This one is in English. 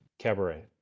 Cabaret